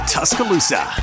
Tuscaloosa